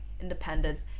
independence